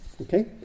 Okay